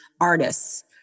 artists